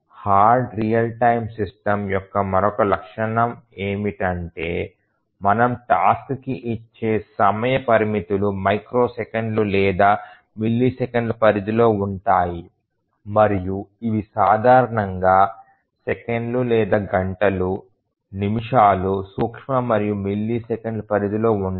hard real time system యొక్క మరొక లక్షణం ఏమిటంటే మనము టాస్క్ కి ఇచ్చే సమయ పరిమితులు మైక్రో సెకన్లు లేదా మిల్లీసెకన్ల పరిధిలో ఉంటాయి మరియు ఇవి సాధారణంగా సెకన్లు లేదా గంటలు నిమిషాలు సూక్ష్మ మరియు మిల్లీసెకన్ల పరిధిలో ఉండవు